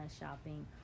shopping